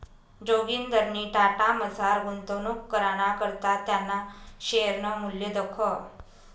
जोगिंदरनी टाटामझार गुंतवणूक कराना करता त्याना शेअरनं मूल्य दखं